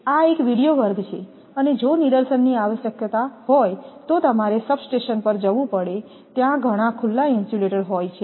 આ એક વિડિઓ વર્ગ છે અને જો નિદર્શનની આવશ્યકતા હોય તો તમારે સબસ્ટેશન પર જવું પડે ત્યાં ઘણા ખુલ્લા ઇન્સ્યુલેટર હોય છે